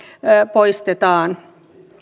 poistetaan